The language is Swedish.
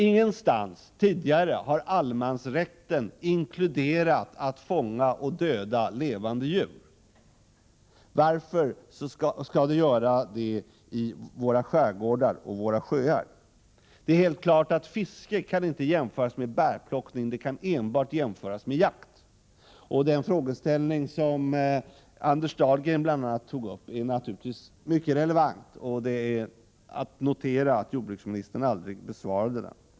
Ingenstans tidigare har allemansrätten inkluderat att fånga och döda levande djur. Varför skall detta vara fallet i våra skärgårdar och våra sjöar? Det är helt klart att fiske inte kan jämföras med bärplockning. Fiske kan enbart jämföras med jakt. Den frågeställning som Anders Dahlgren bl.a. tagit upp är naturligtvis mycket relevant, och det är att notera att jordbruksministern inte gick i svaromål mot den.